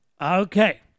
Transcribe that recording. Okay